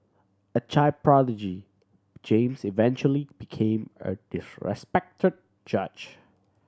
a child prodigy James eventually became a disrespected judge